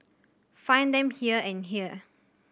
find them here and here